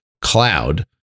cloud